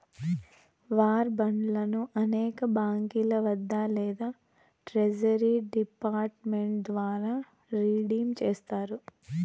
war బాండ్లను అనేక బాంకీల వద్ద లేదా ట్రెజరీ డిపార్ట్ మెంట్ ద్వారా రిడీమ్ చేస్తారు